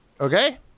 Okay